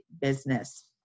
business